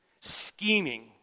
Scheming